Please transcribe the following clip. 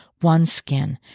OneSkin